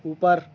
اوپر